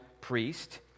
priest